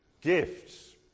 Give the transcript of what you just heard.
gifts